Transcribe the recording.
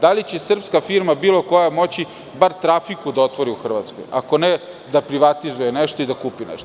Da li će srpska firma, bilo koja, moći bar trafiku da otvori u Hrvatskoj, akone da privatizuje nešto i da kupi nešto?